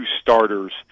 starters